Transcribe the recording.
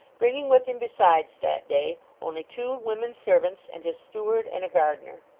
bringing with him besides, that day, only two women servants, and his steward, and a gardener